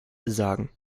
sagen